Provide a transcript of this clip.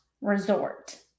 resort